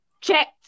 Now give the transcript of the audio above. checked